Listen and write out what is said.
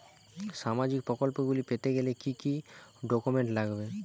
সামাজিক প্রকল্পগুলি পেতে গেলে কি কি ডকুমেন্টস লাগবে?